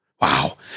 Wow